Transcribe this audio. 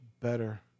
better